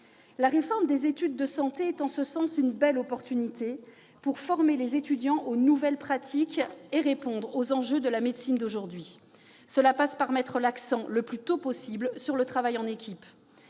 la réforme des études de santé offre une belle occasion de former les étudiants aux nouvelles pratiques et répondre aux enjeux de la médecine d'aujourd'hui. Cela suppose de mettre l'accent, le plus tôt possible, sur le travail en équipe.